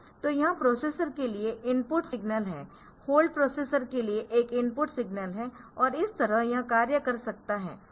तो यह प्रोसेसर के लिए इनपुट सिग्नल है होल्ड प्रोसेसर के लिए एक इनपुट सिग्नल है और इस तरह यह कार्य कर सकता है